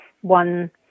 one